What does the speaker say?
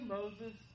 Moses